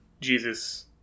Jesus